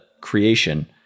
creation